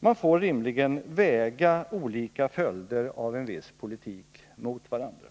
Man får rimligen väga olika följder av en viss politik mot varandra.